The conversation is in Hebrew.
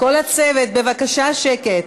כל הצוות, בבקשה, שקט.